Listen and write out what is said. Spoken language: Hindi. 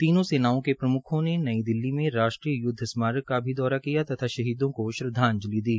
तीनों सेनाओं के प्रम्खों ने नई दिल्ली में राष्ट्रीय य्दव स्मारक का दौरा किया तथा शहीदों को श्रद्वाजंलि दी